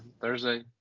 Thursday